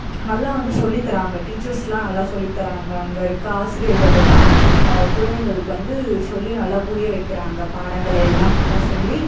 நல்லா வந்து சொல்லித் தராங்க டீச்சர்ஸ்லாம் நல்லா சொல்லித் தராங்க அங்கேருக்க ஆசிரியர்கள்லெல்லாம் குழந்தைகளுக்கு வந்து சொல்லி நல்லா புரிய வைக்கிறாங்க பாடங்களையெல்லாம் நல்லா சொல்லி